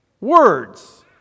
words